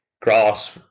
grass